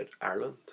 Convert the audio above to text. Ireland